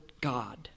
God